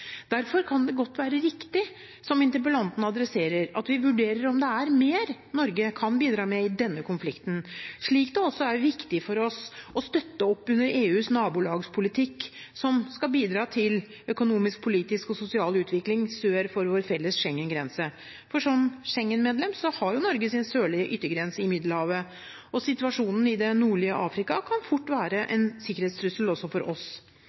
Derfor kan det godt være riktig, som interpellanten adresserer, at vi vurderer om det er mer Norge kan bidra med i denne konflikten, slik det også er viktig for oss å støtte opp under EUs nabolagspolitikk, som skal bidra til økonomisk, politisk og sosial utvikling sør for vår felles Schengen-grense. Som Schengen-medlem har Norge sin sørlige yttergrense i Middelhavet, og situasjonen i det nordlige Afrika kan fort være en sikkerhetstrussel også for oss.